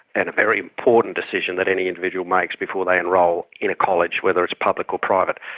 and a very important decision that any individual makes before they enrol in a college, whether it's public or private.